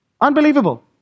Unbelievable